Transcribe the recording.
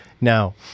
now